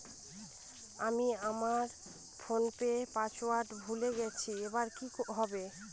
আমি আমার ফোনপের পাসওয়ার্ড ভুলে গেছি এবার কি হবে?